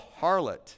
harlot